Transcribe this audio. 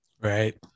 Right